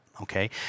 Okay